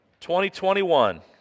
2021